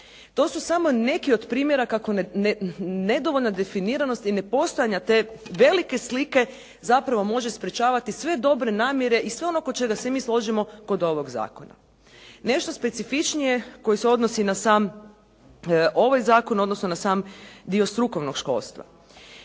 To su samo neki od primjera kako nedovoljna definiranost i nepostojanja te velike slike zapravo može sprječavati sve dobre namjere i sve ono oko čega se mi složimo kod ovog zakona. Nešto specifičnije koje se odnosi na sam ovaj zakon odnosno na sam dio strukovnog školstva.